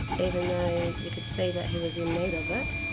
even though you could see that he was in need of it.